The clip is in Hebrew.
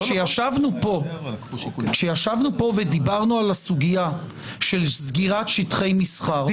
כשישבנו פה ודיברנו על הסוגיה של סגירת שטחי מסחר,